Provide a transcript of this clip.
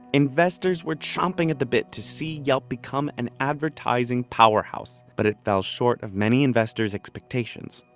investors were chomping at the bit to see yelp become an advertising powerhouse, but it fell short of many investors expectations.